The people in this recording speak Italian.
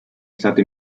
stato